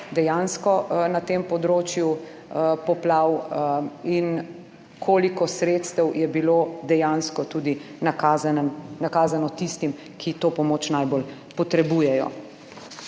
dejansko na tem področju poplav in koliko sredstev je bilo dejansko tudi na nakazano tistim, ki to pomoč najbolj potrebujejo.